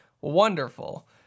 wonderful